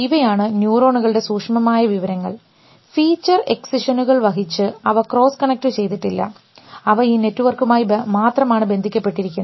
ഇവയാണ് ന്യൂറോണുകളുടെ സൂക്ഷ്മമായ വിവരങ്ങൾ ഫീച്ചർ എക്സിഷനുകൾ വഹിച്ച് അവ ക്രോസ് കണക്റ്റുചെയ്തിട്ടില്ല അവ നെറ്റ് വർക്കുമായി മാത്രമാണ് ബന്ധിക്കപ്പെട്ടിരിക്കുന്നത്